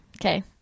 Okay